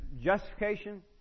justification